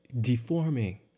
deforming